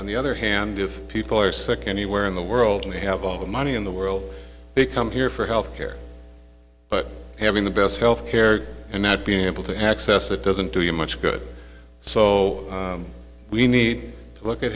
on the other hand if people are sick anywhere in the world we have all the money in the world they come here for health care but having the best health care and not being able to access it doesn't do you much good so we need to look at